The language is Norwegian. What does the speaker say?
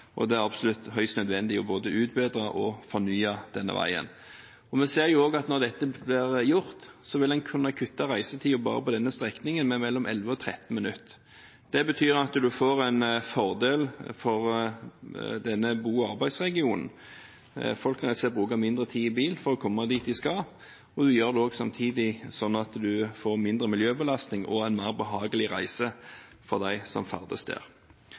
og det er absolutt høyst nødvendig både å utbedre og å fornye denne veien. Vi ser også at når dette blir gjort, vil en kunne kutte reisetiden bare på denne strekningen med mellom 11 og 13 minutter. Det betyr at en får en fordel for denne bo- og arbeidsregionen – folk vil rett og slett bruke mindre tid i bil for å komme dit de skal – og samtidig blir det mindre miljøbelastning og en mer behagelig reise for dem som ferdes der.